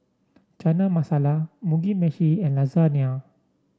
Chana Masala Mugi Meshi and Lasagna